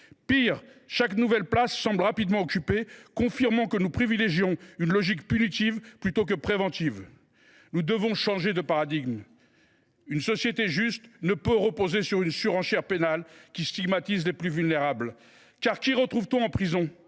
Pis, chaque nouvelle place semble rapidement occupée, confirmant que nous privilégions une logique punitive au détriment de la prévention. Nous devons changer de paradigme. Une société juste ne peut reposer sur une surenchère pénale qui stigmatise les plus vulnérables. En effet, qui retrouve t on en prison ?